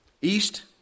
east